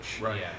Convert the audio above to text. Right